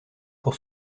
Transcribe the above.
pour